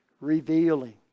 revealing